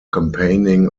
campaigning